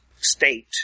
state